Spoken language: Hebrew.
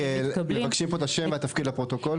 רק מבקשים פה את השם והתפקיד לפרוטוקול.